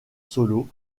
solo